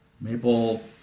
maple